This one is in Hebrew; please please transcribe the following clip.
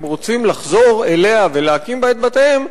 רוצים לחזור אליה ולהקים בה את בתיהם,